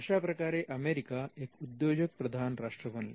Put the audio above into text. अशाप्रकारे अमेरिका एक उद्योजक प्रधान राष्ट्र बनले